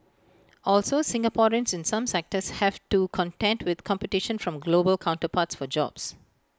also Singaporeans in some sectors have to contend with competition from global counterparts for jobs